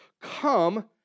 come